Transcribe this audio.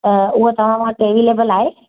उहो तव्हां वटि अवेलेबल आहे